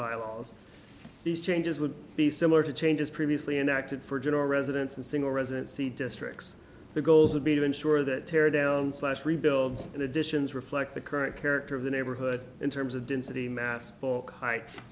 bylaws these changes would be similar to changes previously enacted for general residents and single residency districts the goals would be to ensure that tear down slash rebuilds and additions reflect the current character of the neighborhood in terms of density mass book height